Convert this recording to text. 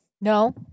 No